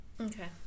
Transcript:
Okay